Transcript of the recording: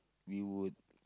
we would